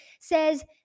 says